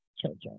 children